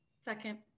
Second